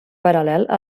paral·lel